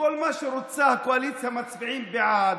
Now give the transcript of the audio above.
שבכל מה שרוצה הקואליציה מצביעים בעד.